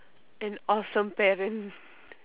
an awesome parent